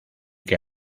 que